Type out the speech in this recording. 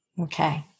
Okay